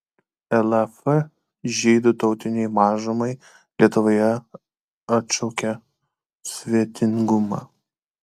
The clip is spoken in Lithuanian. laf žydų tautinei mažumai lietuvoje atšaukia svetingumą